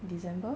december